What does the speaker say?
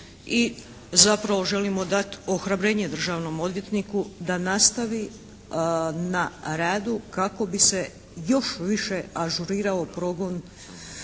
i zapravo želimo dati ohrabrenje državnom odvjetniku da nastavi na radu kako bi se još više ažurirao progon